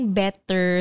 better